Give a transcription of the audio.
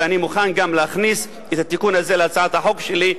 ואני מוכן גם להכניס את התיקון הזה להצעת החוק שלי,